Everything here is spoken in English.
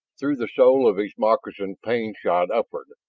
through the sole of his moccasin pain shot upward,